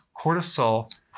Cortisol